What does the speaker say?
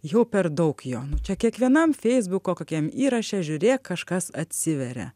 jau per daug jo nu čia kiekvienam feisbuko kokiam įraše žiūrėk kažkas atsiveria